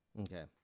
Okay